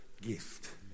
gift